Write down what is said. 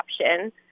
option